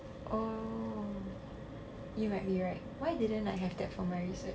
oh you might be right why didn't I have that for my research